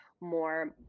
more –